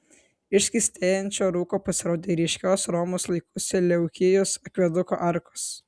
iš skystėjančio rūko pasirodė ryškios romos laikų seleukijos akveduko arkos